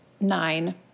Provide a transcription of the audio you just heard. nine